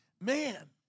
man